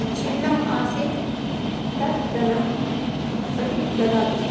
छिन्नम् आसीत् तत् धनं प्रति ददातु